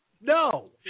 No